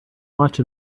watch